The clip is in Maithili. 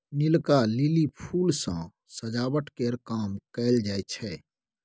नीलका लिली फुल सँ सजावट केर काम कएल जाई छै